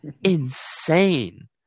insane